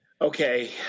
okay